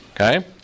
Okay